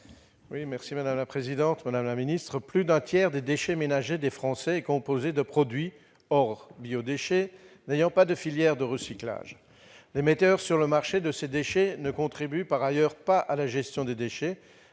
Près d'un tiers des déchets ménagers des Français est composé de produits, hors biodéchets, n'ayant pas de filière de recyclage. Les metteurs sur le marché de ces produits ne contribuent par ailleurs pas à la gestion des déchets,